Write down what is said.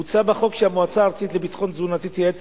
מוצע בחוק שהמועצה הארצית לביטחון תזונתי תייעץ